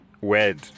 wed